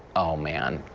oh, man.